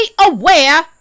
aware